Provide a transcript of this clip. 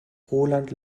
roland